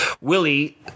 Willie